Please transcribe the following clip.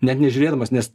net nežiūrėdamas nes